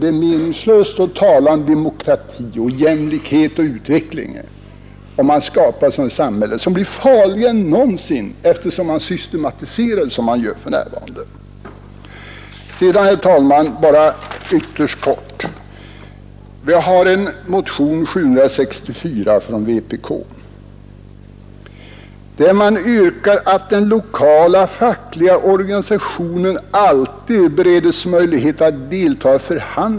Det är meningslöst att tala om demokrati, jämlikhet och utveckling om man skapar ett sådant samhälle, som blir farligare än någonsin eftersom man systematiserar det såsom man gör för närvarande.